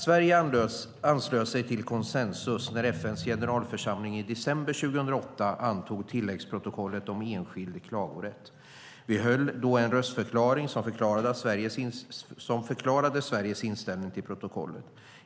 Sverige anslöt sig till konsensus när FN:s generalförsamling i december 2008 antog tilläggsprotokollet om enskild klagorätt. Vi höll då en röstförklaring som förklarade Sveriges inställning till protokollet.